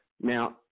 Now